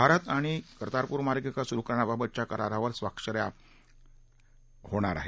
भारत आणि कतारपूर मार्गिका सुरु करण्याबाबतच्या करारावर आज स्वाक्ष या होणार आहेत